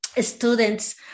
students